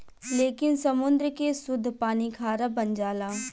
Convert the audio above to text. लेकिन समुंद्र के सुद्ध पानी खारा बन जाला